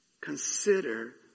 Consider